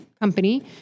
company